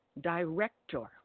director